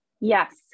Yes